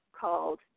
called